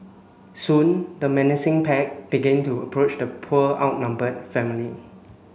soon the menacing pack began to approach the poor outnumbered family